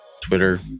Twitter